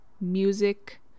music